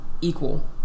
equal